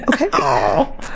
Okay